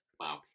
Wow